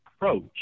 approach